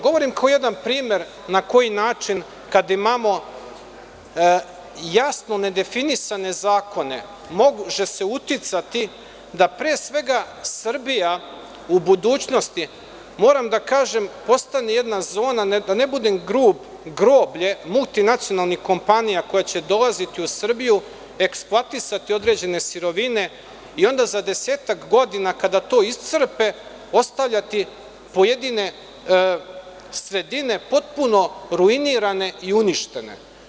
Govorim kao jedan primer na koji način kada imamo jasno nedefinisane zakone može se uticati da pre svega Srbija u budućnosti, moram da kažem, postane jedna zona, da ne budem grub, groblje multinacionalnih kompanija koje će dolaziti u Srbiju eksploatisati određene sirovine i onda za 10-ak godina kada to iscrpe, ostavljati pojedine sredine potpuno ruinirane i uništene.